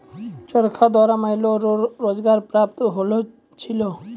चरखा द्वारा महिलाओ रो रोजगार प्रप्त होलौ छलै